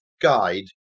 guide